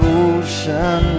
ocean